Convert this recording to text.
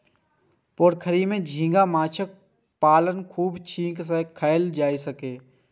पोखरि मे झींगा माछक पालन खूब नीक सं कैल जा सकैए